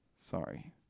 Sorry